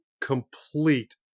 complete